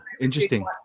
Interesting